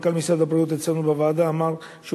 מנכ"ל משרד הבריאות אמר בוועדה שהוא